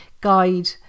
guide